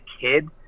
kid